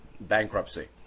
bankruptcy